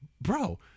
bro